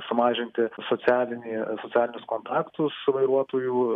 sumažinti socialinį socialinius kontaktus vairuotojų